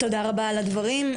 תודה רבה על הדברים,